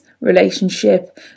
relationship